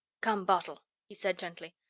come, bartol, he said gently,